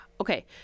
okay